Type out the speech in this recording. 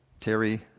Terry